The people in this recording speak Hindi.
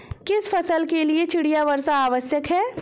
किस फसल के लिए चिड़िया वर्षा आवश्यक है?